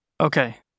Okay